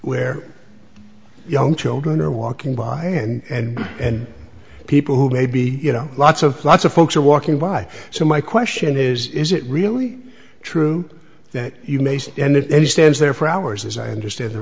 where young children are walking by and and people who may be you know lots of lots of folks are walking by so my question is is it really true that you may say and if he stands there for hours as i understand the